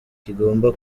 kigomba